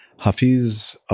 Hafiz